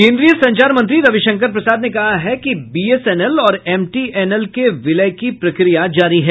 केन्द्रीय संचार मंत्री रविशंकर प्रसाद ने कहा है कि बीएसएनएल और एमटी एनएल के विलय की प्रक्रिया जारी है